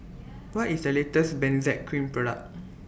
What IS The latest Benzac Cream Product